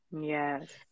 Yes